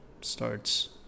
starts